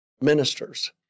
ministers